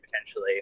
potentially